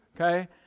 Okay